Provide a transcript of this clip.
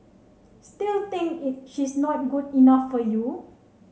still think it she's not good enough for you